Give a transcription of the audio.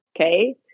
okay